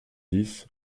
dix